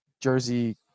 jersey